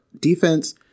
defense